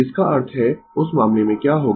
इसका अर्थ है उस मामले में क्या होगा